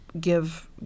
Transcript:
give